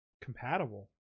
compatible